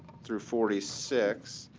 through forty six.